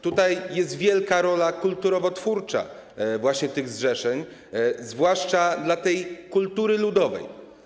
Tutaj jest wielka rola kulturotwórcza właśnie tych zrzeszeń, zwłaszcza dla kultury ludowej.